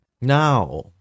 Now